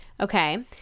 Okay